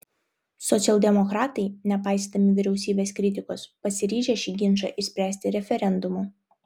socialdemokratai nepaisydami vyriausybės kritikos pasiryžę šį ginčą išspręsti referendumu